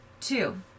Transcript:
Two